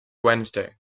wednesday